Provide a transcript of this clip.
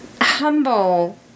humble